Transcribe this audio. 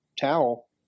towel